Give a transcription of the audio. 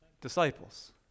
disciples